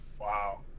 wow